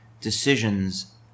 decisions